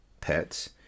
pets